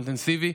שבוע אינטנסיבי.